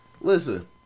Listen